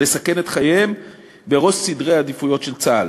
לסכן את חייהם בראש סדרי העדיפויות של צה"ל.